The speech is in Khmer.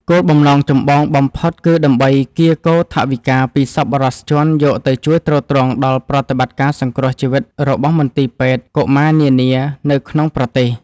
គោលបំណងចម្បងបំផុតគឺដើម្បីកៀរគរថវិកាពីសប្បុរសជនយកទៅជួយទ្រទ្រង់ដល់ប្រតិបត្តិការសង្គ្រោះជីវិតរបស់មន្ទីរពេទ្យកុមារនានានៅក្នុងប្រទេស។